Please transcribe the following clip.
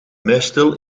muisstil